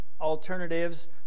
alternatives